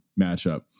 matchup